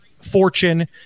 Fortune